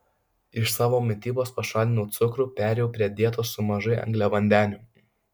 iš savo mitybos pašalinau cukrų perėjau prie dietos su mažai angliavandenių